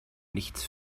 nichts